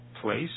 place